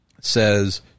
says